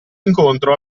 incontro